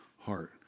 heart